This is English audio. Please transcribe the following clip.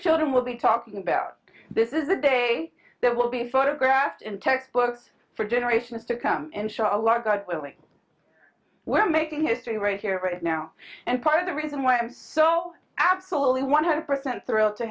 children will be talking about this is the day there will be photographed in textbooks for generations to come and show a lot god willing we're making history right here right now and part of the reason why i'm so absolutely one hundred percent thrilled to